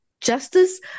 Justice